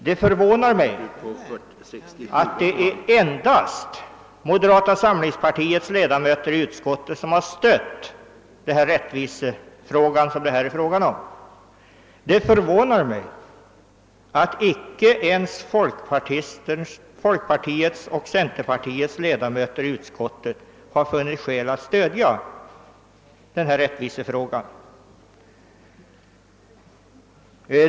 Det förvånar mig att det är endast moderata samlingspartiets ledamöter som har stött det rättvisekrav som det här gäller. Det förvånar mig att inte ens folkpartiets och centerpartiets ledamöter i utskottet har funnit skäl att stödja detta rättvisekrav.